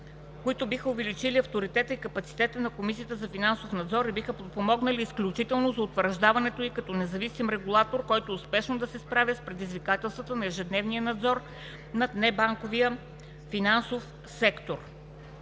които биха увеличили авторитета и капацитета на КФН, биха помогнали изключително за утвърждаването й като независим регулатор, който успешно да се справя с предизвикателствата на ежедневния надзор над небанковия финансов сектор.